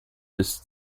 bis